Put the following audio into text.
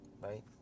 right